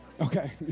okay